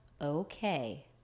okay